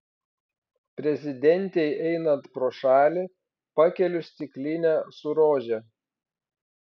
prezidentei einant pro šalį pakeliu stiklinę su rože